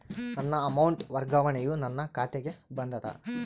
ನನ್ನ ಅಮೌಂಟ್ ವರ್ಗಾವಣೆಯು ನನ್ನ ಖಾತೆಗೆ ಬಂದದ